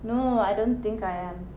no I don't think I am